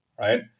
Right